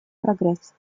прогресс